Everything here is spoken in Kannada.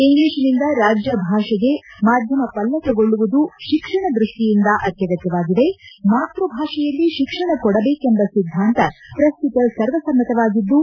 ಇಂಗ್ಲಿಷಿನಿಂದ ರಾಜ್ಯ ಭಾಷೆಗೆ ಮಾಧ್ಯಮ ಪಲ್ಲಟಗೊಳ್ಳುವುದು ಶಿಕ್ಷಣ ದೃಷ್ಷಿಯಿಂದ ಅಗತ್ಯವಾಗಿದೆ ಮಾತ್ಯಭಾಷೆಯಲ್ಲಿ ಶಿಕ್ಷಣ ಕೊಡಬೇಕೆಂಬ ಸಿದ್ಗಾಂತ ಪ್ರಸ್ತುತ ಸರ್ವಸಮ್ತವಾಗಿದ್ದು